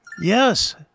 Yes